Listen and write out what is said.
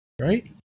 Right